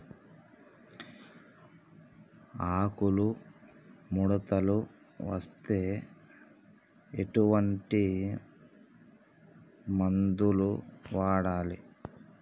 ఆకులు ముడతలు వస్తే ఎటువంటి మందులు వాడాలి?